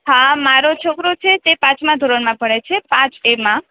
હા મારો છોકરો છે તે પાંચમાં ધોરણમાં ભણે છે પાંચ એમાં